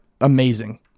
amazing